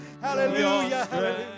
hallelujah